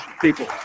people